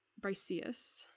Briseus